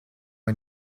hay